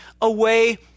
away